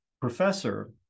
professor